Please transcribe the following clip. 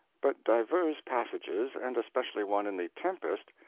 but divers passages, and especially one in the tempest,